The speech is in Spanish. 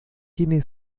tiene